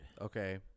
Okay